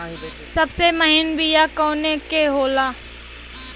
सबसे महीन बिया कवने के होला?